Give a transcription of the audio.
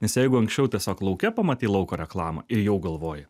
nes jeigu anksčiau tiesiog lauke pamatei lauko reklamą ir jau galvoji